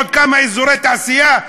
עוד כמה אזורי תעשייה,